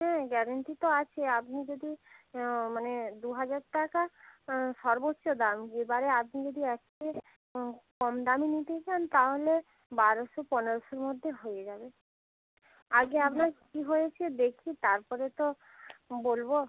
হ্যাঁ গ্যারেন্টি তো আছে আপনি যদি মানে দু হাজার টাকা সর্বোচ্চ দাম এবারে আপনি যদি এর থেকে কম দামি নিতে চান তাহলে বারোশো পনেরোশোর মধ্যে হয়ে যাবে আগে আপনার কী হয়েছে দেখি তারপরে তো বলবো